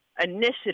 initiative